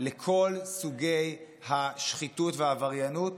לכל סוגי השחיתות והעבריינות,